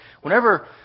whenever